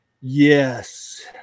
Yes